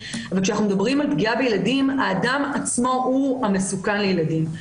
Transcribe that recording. כשאנחנו מדברים על פגיעה בילדים האדם עצמו הוא המסוכן לילדים.